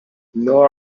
nor